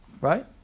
right